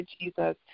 Jesus